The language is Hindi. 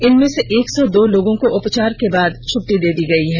इनमें से एक सौ दो लोगों को उपचार के बाद छुट्टी दे दी गई है